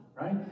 right